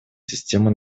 системы